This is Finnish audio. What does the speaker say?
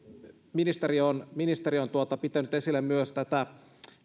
ministeri on ministeri on pitänyt esillä myös tätä